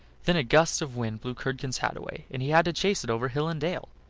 then a gust of wind blew curdken's hat away, and he had to chase it over hill and dale.